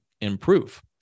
improve